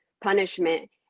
punishment